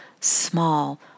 small